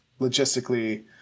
logistically